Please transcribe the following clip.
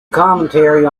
commentary